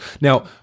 Now